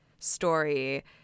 Story